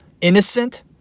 Innocent